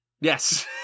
Yes